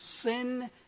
sin